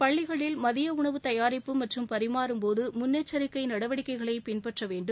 பள்ளிகளில் மதிய உணவு தயாரிப்பு மற்றும் பரிமாறும் போது முன்னெச்சரிக்கை நடவடிக்கைகளை பின்பற்ற வேண்டும்